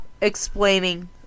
explaining